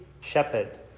shepherd